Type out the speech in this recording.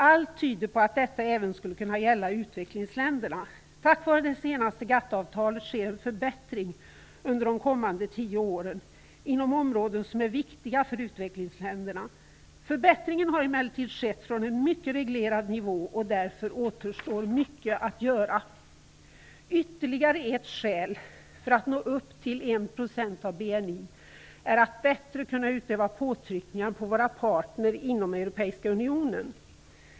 Allt tyder på att detta även skulle gälla utvecklingsländerna. Tack vare det senast GATT avtalet sker det en förbättring under de kommande tio åren inom områden som är viktiga för utvecklingsländerna. Förbättringen har emellertid skett från en mycket reglerad nivå, och därför återstår mycket att göra. Ytterligare ett skäl för att vi skall nå upp till målet 1 % av BNI är att vi då bättre kan utöva påtryckningar på våra partner inom Europeiska unionen.